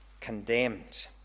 condemned